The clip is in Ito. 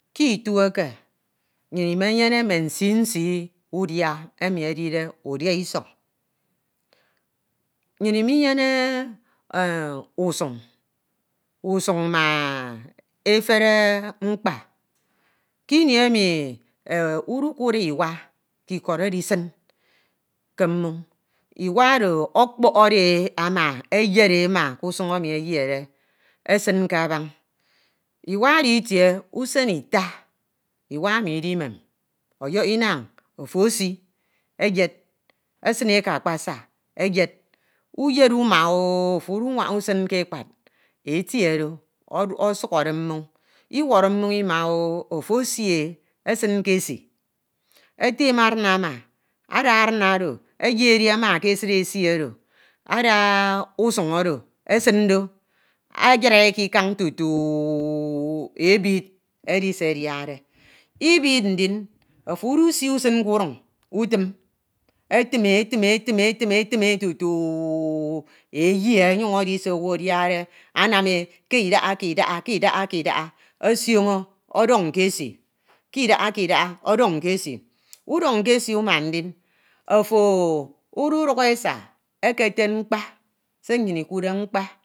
Ke ito eke, nnyin imenyene mme nsii nsii udia, nnuin imenyene usuñ usuñ ma efere mkpa, ke ini emi, udukads iwa ke ikod edisin ke mmoñ ma oro ọkpọhode e oma eyed, eyed ama ke usun emi eyede esen ke abañ, wa oro itie usen ita, iwa emi idimem ọyọhọ inan ofo esii eyed, esin ke akpasa eyed, unwaña usin ke ekpad etie do ọsukhọre mmọñ, iwọrọ mmọñ ima--o, ofo esine esin ke esi etem aren ama ada arin oro eyed ke esid esi oro ada usuñ oro esin do ayid--e ke ikan tutu ebid edi se ediade ibid adin ofo udusi usin ke urun etim etim e etun tutu eye omyuñ edi se owu ediade, anam--e ke idaha, ke idaha, ke idaha osioño ọdọñ ke esi, udọñ ke esi uma ndin ofo ududuk esa eketed mkpa, se nnym ikuude mkpa,